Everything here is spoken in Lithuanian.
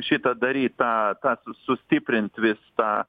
šitą daryt tą tą sustiprint vis tą